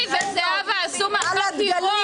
שלי וזהבה עשו מעשה...